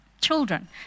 children